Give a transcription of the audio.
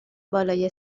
بالای